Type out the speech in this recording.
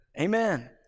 Amen